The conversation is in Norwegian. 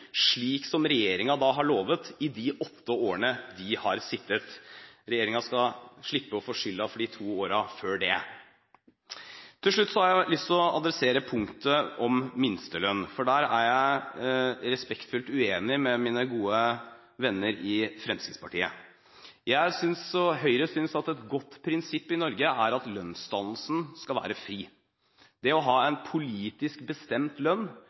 slik som regjeringen har lovet i de åtte årene den har sittet. Regjeringen skal slippe å få skylden for de to årene før det. Til slutt har jeg lyst å adressere punktet om minstelønn, for der er jeg respektfullt uenig med mine gode venner i Fremskrittspartiet. Jeg og Høyre synes at et godt prinsipp i Norge er at lønnsdannelsen skal være fri. Det å ha en politisk bestemt lønn